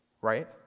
right